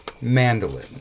Mandolin